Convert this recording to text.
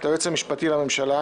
את היועץ המשפטי לממשלה,